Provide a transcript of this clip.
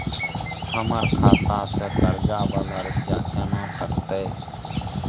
हमर खाता से कर्जा वाला रुपिया केना कटते?